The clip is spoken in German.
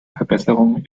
verbesserungen